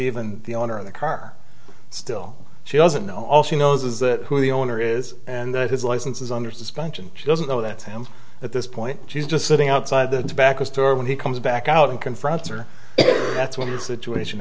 even the owner of the car still she doesn't know all she knows is that who the owner is and that his license is under suspension she doesn't know that's him at this point she's just sitting outside the back of store when he comes back out and confronts her that's when the situation